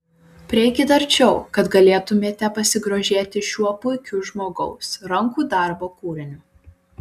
prieikit arčiau kad galėtumėte pasigrožėti šiuo puikiu žmogaus rankų darbo kūriniu